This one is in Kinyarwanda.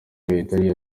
kayitare